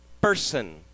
person